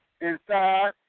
inside